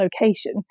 location